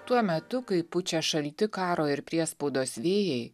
tuo metu kai pučia šalti karo ir priespaudos vėjai